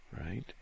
right